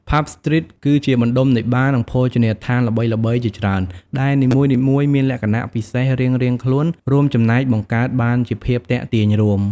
ផាប់ ស្ទ្រីត គឺជាបណ្ដុំនៃបារ និងភោជនីយដ្ឋានល្បីៗជាច្រើន ដែលនីមួយៗមានលក្ខណៈពិសេសរៀងៗខ្លួន រួមចំណែកបង្កើតបានជាភាពទាក់ទាញរួម។